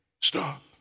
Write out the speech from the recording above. stop